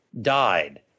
died